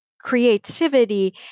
creativity